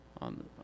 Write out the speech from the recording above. on